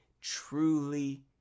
truly